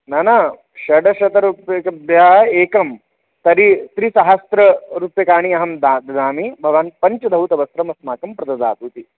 न न षडशतरूप्यकेभ्यः एकं तर्हि त्रिसहस्ररूप्यकाणि अहं ददामि भवान् पञ्चधौतवस्त्रम् अस्माकं प्रददातु इति